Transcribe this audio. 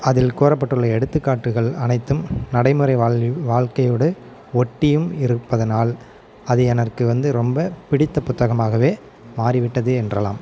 அதில் கூறப்பட்டுள்ள எடுத்துக்காட்டுகள் அனைத்தும் நடைமுறை வாழ்வி வாழ்க்கையோடு ஒட்டியும் இருப்பதனால் அது எனக்கு வந்து ரொம்ப பிடித்த புத்தகமாகவே மாறிவிட்டது என்றலாம்